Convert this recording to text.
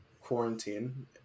quarantine